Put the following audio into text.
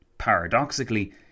Paradoxically